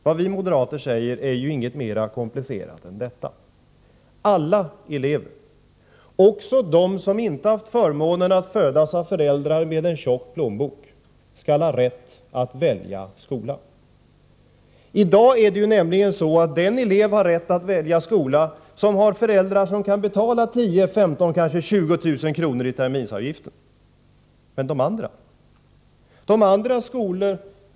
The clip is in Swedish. Vad vi moderater säger är ingenting mera komplicerat än detta: Alla elever — också de som inte haft förmånen att födas av föräldrar med en tjock plånbok — skall ha rätt att välja skola. I dag är det nämligen så att endast den elev har rätt att välja skola som har föräldrar som kan betala 10 000, 15 000 eller kanske 20 000 kr. i terminsavgifter. Men de andra?